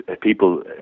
people